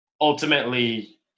ultimately